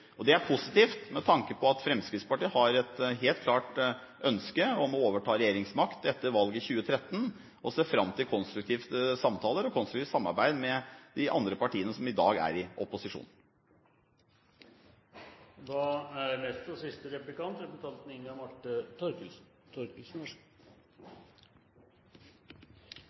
Og det er positivt med tanke på at Fremskrittspartiet har et helt klart ønske om å overta regjeringsmakten etter valget i 2013, og ser fram til konstruktive samtaler og konstruktivt samarbeid med de andre partiene som i dag er i opposisjon.